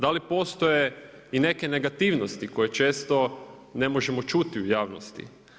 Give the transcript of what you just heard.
Da li postoje i neke negativnosti koje često ne možemo čuti u javnosti?